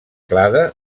clade